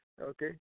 Okay